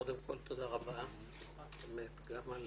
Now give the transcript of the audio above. קודם כל, תודה רבה גם על